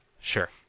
Sure